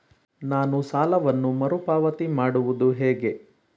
ನಾನು ಸಾಲವನ್ನು ಮರುಪಾವತಿ ಮಾಡುವುದು ಹೇಗೆ?